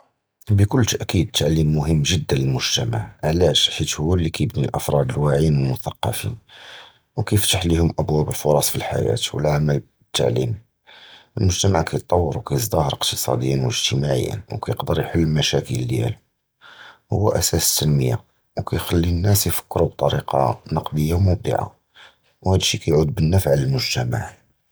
בְּכּול תַּכִּיד הַתַּלְמִיד מְהִם בְּזַבַּא לַמֻּגְתְמַע, עַלָּאש כִּיּוּ הוּוּ לִכִּיבְנִי אֻלְפַּרְד הַוַאעִיִּין וְהַמֻּתְעַרְפִּין, וְכִיַּפְתַּח לִיהוּם אַבוּאב וּפֻּרס פִי הַחַיַּאת וְהַעֲמָאל וְהַתַּלְמִיד, הַמֻּגְתְמַע כִּתְתַווַר וְכִתְזַדְהַר אִקְתִסַאדִיָּאן וְאִגְתִימָاعִיָּאן וְכִיַּקְדַּר יְחַלּ אֶל-מַשַּׁאקִיל דִיָּאלו, הוּוּ אַסַּאס הַתַּנְמִיָּה, וְכִיַּחְלִי הַנָּאס יְפַכְּרוּ בִּטְרִיקָה נִקְדִיָּה וּמֻבְדָּעָה, וְהַדָּא שִׁי כִּיַּעוּד בְּנִּפַּח עַל הַמֻּגְתְמַע.